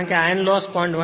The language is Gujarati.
કારણ કે આયર્ન લોસ 0